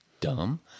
dumb